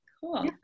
Cool